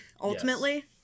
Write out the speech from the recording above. ultimately